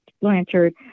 Blanchard